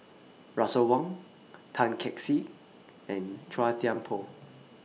Russel Wong Tan Kee Sek and Chua Thian Poh